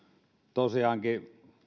tosiaankin